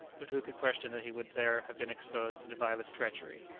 but who could question that he would there have been exposed to the vilest treachery?